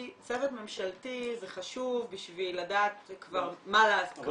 צוות ממשלתי זה חשוב בשביל לדעת כבר --- אבל